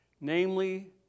Namely